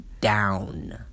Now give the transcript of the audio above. down